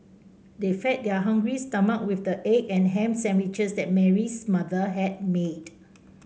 they fed their hungry stomachs with the egg and ham sandwiches that Mary's mother had made